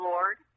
Lord